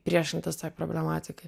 priešintis tai problematikai